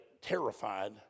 terrified